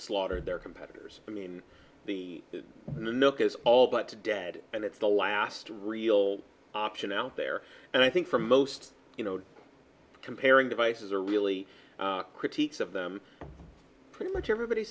slaughtered their competitors i mean the milk is all but to dead and it's the last real option out there and i think for most you know comparing devices are really critiques of them pretty much everybody